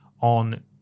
on